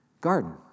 garden